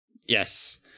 Yes